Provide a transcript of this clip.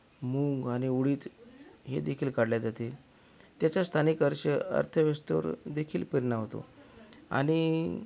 मूग आणि उडीद हे देखील काढले जाते त्याचा स्थानिक अर्श अर्थव्यवस्थेवर देखील परिणाम होतो आणि